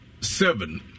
seven